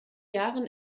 jahren